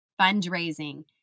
fundraising